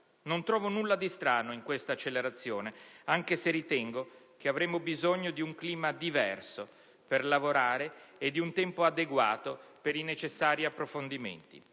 Non trovo nulla di strano in questa accelerazione, anche se ritengo che avremmo bisogno di un clima diverso per lavorare e di un tempo adeguato per i necessari approfondimenti;